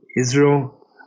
Israel